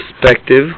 perspective